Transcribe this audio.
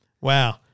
Wow